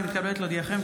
אני מתכבדת להודיעכם,